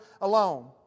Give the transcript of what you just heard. alone